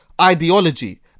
ideology